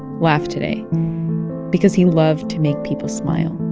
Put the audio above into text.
laugh today because he loved to make people smile